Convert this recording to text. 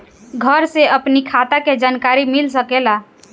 घर से अपनी खाता के जानकारी मिल सकेला?